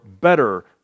better